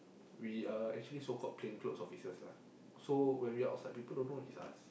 we are actually so called plain clothes officers lah so when we are outside people don't know is us